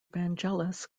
vangelis